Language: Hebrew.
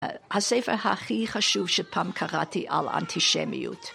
ה-הספר הכי חשוב שפעם קראתי על אנטישמיות.